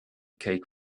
cake